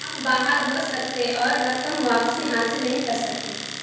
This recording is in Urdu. آپ باہر ہو سکتے اور رقم واپسی حاصل نہیں کر سکتے